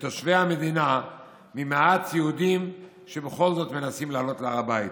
לתושבי המדינה ממעט יהודים שבכל זאת מנסים לעלות להר הבית,